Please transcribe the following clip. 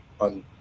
on